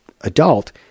adult